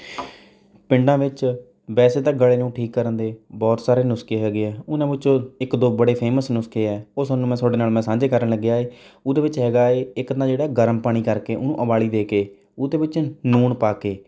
ਪਿੰਡਾਂ ਵਿੱਚ ਵੈਸੇ ਤਾਂ ਗਲੇ ਨੂੰ ਠੀਕ ਕਰਨ ਦੇ ਬਹੁਤ ਸਾਰੇ ਨੁਸਖੇ ਹੈਗੇ ਹੈ ਉਹਨਾਂ ਵਿੱਚ ਇੱਕ ਦੋ ਬੜੇ ਫੇਮਸ ਨੁਸਖੇ ਹੈ ਉਹ ਤੁਹਾਨੂੰ ਮੈਂ ਤੁਹਾਡੇ ਨਾਲ ਮੈਂ ਸਾਂਝੇ ਕਰਨ ਲੱਗਿਆ ਏ ਉਹਦੇ ਵਿੱਚ ਹੈਗਾ ਏ ਇੱਕ ਤਾਂ ਜਿਹੜਾ ਗਰਮ ਪਾਣੀ ਕਰਕੇ ਉਹਨੂੰ ਉਬਾਲੀ ਦੇ ਕੇ ਉਹਦੇ ਵਿੱਚ ਨੂਣ ਪਾ ਕੇ